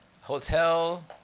Hotel